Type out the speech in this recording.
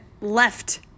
left